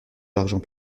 l’argent